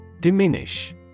Diminish